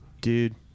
Dude